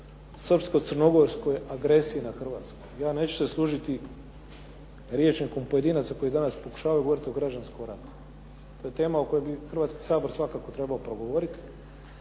srpsko-crnogorskoj agresiji na Hrvatsku. Ja neću se služiti rječnikom pojedinaca koji danas pokušavaju govoriti o građanskom ratu. To je tema o kojoj bi Hrvatski sabor svakako trebao progovoriti